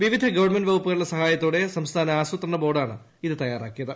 വിവിധ ഗവൺമെന്റ് വകുപ്പുകളുടെ സഹായത്തോടെ സംസ്ഥാന ആസൂത്രണ ബോർഡാണ് ഇത് തയാറാക്കിയത്